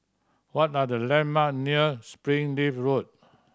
what are the landmark near Springleaf Road